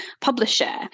publisher